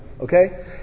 okay